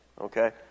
okay